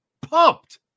pumped